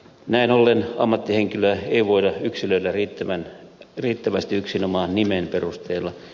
näin ollen ammattihenkilöä ei voida yksilöidä riittävästi yksinomaan nimen perusteella